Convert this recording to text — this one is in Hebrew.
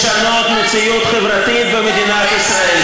לשנות מציאות חברתית במדינת ישראל.